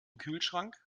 kühlschrank